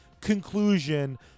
conclusion